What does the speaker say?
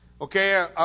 Okay